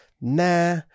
Nah